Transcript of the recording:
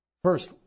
First